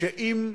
שאם